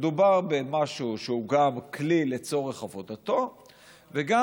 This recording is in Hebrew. מדובר במשהו שהוא גם כלי לצורך עבודתו וגם